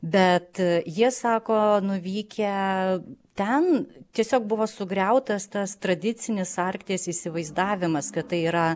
bet jie sako nuvykę ten tiesiog buvo sugriautas tas tradicinis arkties įsivaizdavimas kad tai yra